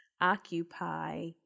occupy